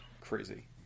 crazy